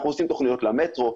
אנחנו עושים תכניות למטרו.